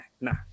Nah